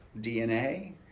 DNA